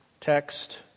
text